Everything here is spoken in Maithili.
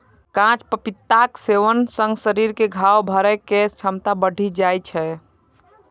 कांच पपीताक सेवन सं शरीर मे घाव भरै के क्षमता बढ़ि जाइ छै